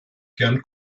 gern